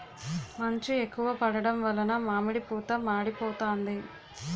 మంచు ఎక్కువ పడడం వలన మామిడి పూత మాడిపోతాంది